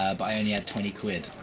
i only had twenty quid,